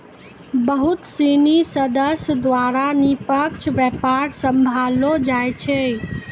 बहुत सिनी सदस्य द्वारा निष्पक्ष व्यापार सम्भाललो जाय छै